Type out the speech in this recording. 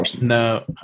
No